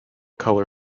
color